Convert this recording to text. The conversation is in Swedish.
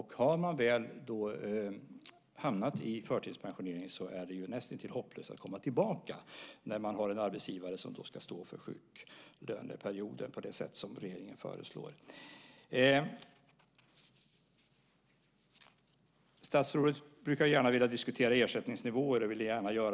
Har man väl hamnat i förtidspensionering är det näst intill hopplöst att komma tillbaka när arbetsgivaren ska stå för sjuklönen på det sätt som regeringen föreslår. Statsrådet brukar gärna vilja diskutera ersättningsnivåerna, så även nu.